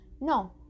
No